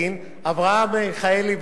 הפעם.